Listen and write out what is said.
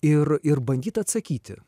ir ir bandyt atsakyti